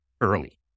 early